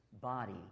body